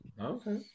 Okay